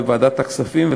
בוועדת הכספים,